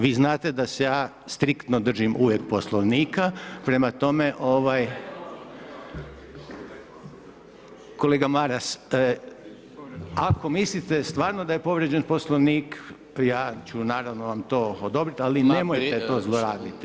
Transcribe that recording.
Vi znate da se ja striktno držim uvijek Poslovnika, prema tome, kolega Maras, ako mislite stvarno da je povrijeđen Poslovnik, ja ću naravno to odobriti ali nemojte to zlorabiti.